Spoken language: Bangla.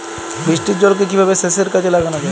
বৃষ্টির জলকে কিভাবে সেচের কাজে লাগানো য়ায়?